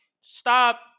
stop